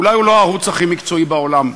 אולי הוא לא הערוץ הכי מקצועי בעולם,